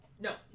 No